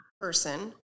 person